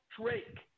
Drake